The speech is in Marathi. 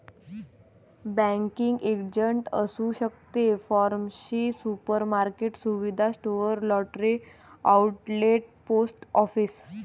बँकिंग एजंट असू शकते फार्मसी सुपरमार्केट सुविधा store lottery outlet post office